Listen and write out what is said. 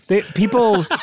People